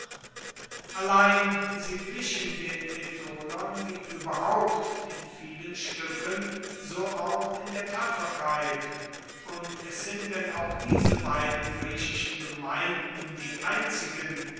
allein sie glichen den ätolern wie überhaupt in vielen stücken so auch in der tapferkeit und es sind denn auch diese beiden griechischen gemeinden die einzigen